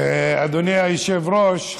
אדוני היושב-ראש,